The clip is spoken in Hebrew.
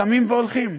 קמים והולכים.